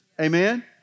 amen